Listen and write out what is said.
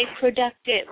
productive